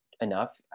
enough